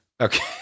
okay